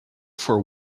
for